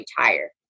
retire